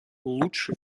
лучше